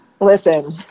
Listen